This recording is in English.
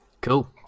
Cool